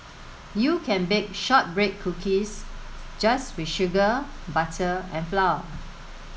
you can bake shortbread cookies just with sugar butter and flour